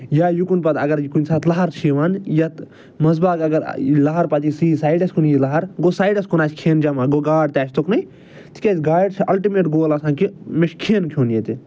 یا یُکن پتہٕ اگر یہِ کُنہِ ساتہٕ لہر چھِ یِوان یَتہٕ منٛز باغ اگر یہِ لہر پتہٕ یی سُہ یی سایڈس کُن یی لہر گوٚو سایڈس کُن آسہِ کھٮ۪ن جمع گوٚو گاڈ تہِ آسہِ تُکنٕے تِکیٛازِ گاڈِ چھِ الٹمیٹ گول آسان کہِ مےٚ چھُ کھٮ۪ن کھیوٚن ییٚتہِ